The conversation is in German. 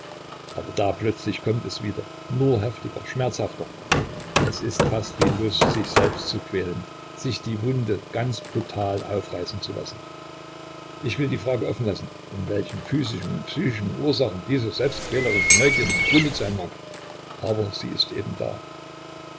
aber da plötzlich kommt es wieder nur heftiger schmerzhafter es ist fast wie lust sich selbst zu quälen sich die wunde ganz brutal aufreißen zu lassen ich will die frage offen lassen in welchen physischen und psychischen ursachen diese selbstquälerische neugierde begründet sein mag aber sie ist eben da